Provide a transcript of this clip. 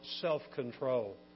self-control